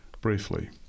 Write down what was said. briefly